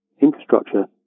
infrastructure